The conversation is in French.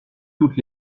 toutes